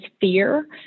fear